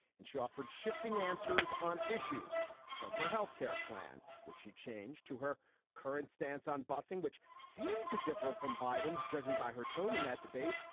and she offered shifting answers on issues from her health care plan, which she changed to her current stance on busing, which seemed to differ from biden's judging by her tone in that debate.